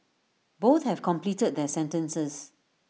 both have completed their sentences